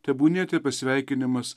tebūnie tai pasveikinimas